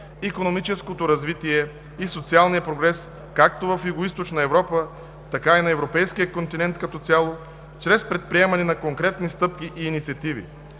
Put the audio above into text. икономическото развитие и социалния прогрес както в Югоизточна Европа, така и на европейския континент като цяло, чрез предприемане на конкретни стъпки и инициативи: